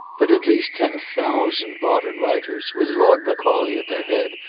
but at least ten thousand modern writers, with lord macaulay at their head,